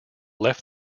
left